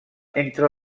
entre